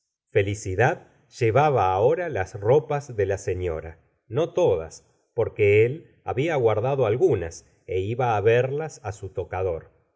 felicidad llevaba ahora las ropas de la sefiora no todas porque él babia guardado algunas é iba á verlas á su tocador